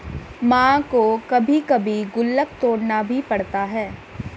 मां को कभी कभी गुल्लक तोड़ना भी पड़ता है